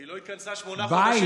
בית,